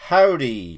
Howdy